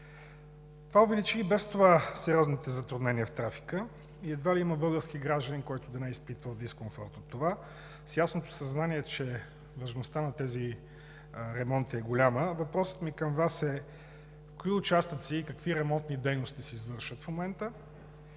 Това увеличи и без това сериозните затруднения в трафика. Едва ли има български гражданин, който да не е изпитвал дискомфорт от това с ясното съзнание, че важността на тези ремонти е голяма. Въпросът ми към Вас, е: кои участъци и какви ремонтни дейности се извършват в момента?